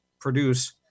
produce